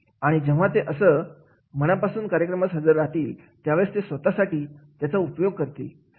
आहे आणि जेव्हा ते असं स्वतःच्या मना पासून कार्यक्रमास हजर राहतील त्यावेळेस तो त्यांच्यासाठी उपयोगाचा असेल